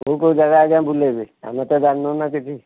କେଉଁ କେଉଁ ଯାଗା ଆଜ୍ଞା ବୁଲାଇବେ ଆମେ ତ ଜାଣିନୁ ନା କିଛି